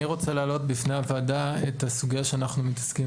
אני רוצה להעלות בפני הוועדה את הסוגיה שאנחנו מתעסקים